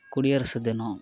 குடியரசு தினம்